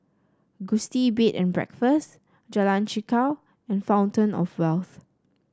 Gusti Bed and Breakfast Jalan Chichau and Fountain Of Wealth